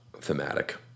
thematic